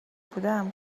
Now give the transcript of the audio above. بودم